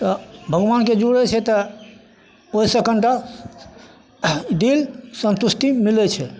तऽ भगवानके जुड़ै छै तऽ ओहिसे कनिटा दिल सन्तुष्टि मिलै छै